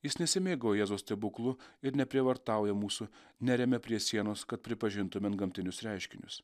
jis nesimėgauja jėzaus stebuklu ir neprievartauja mūsų neremia prie sienos kad pripažintume antgamtinius reiškinius